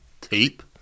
tape